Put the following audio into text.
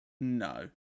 No